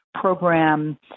program